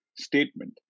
statement